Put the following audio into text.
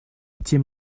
тем